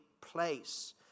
place